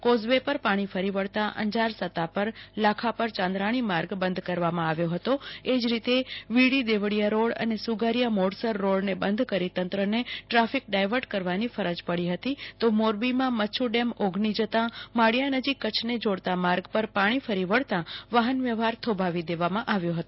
causeway પર પાણી ફરી વળતા અંજાર સત્તાપરલાખાપર ચાંદ્રાણી માર્ગ બંધ કરવામાં આવ્ય હતો એજ રીતે વીડી દેવળિયા રોડ અને સુગારીયા મોડસર રોડને બંધ કરી તંત્રને ટ્રાફિક ડાયવર્ટ કરવાની ફરજ પડી હતી તો મોરબીમાં મચ્છુડેમ ઓગની જતા માળિયા નજીક કચ્છને જોડતા માર્ગ પર પાણી ફરી વળતા વાહનવ્યવહાર થોભાવી દેવાયો હતો